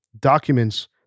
documents